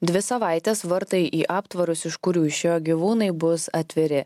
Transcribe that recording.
dvi savaites vartai į aptvarus iš kurių išėjo gyvūnai bus atviri